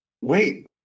wait